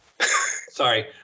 Sorry